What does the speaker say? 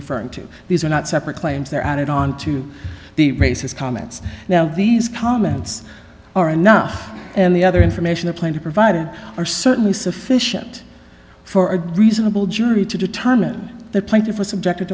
referring to these are not separate claims they're added on to the racist comments now these comments are enough and the other information i plan to provide are certainly sufficient for a reasonable jury to determine th